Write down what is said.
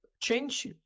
change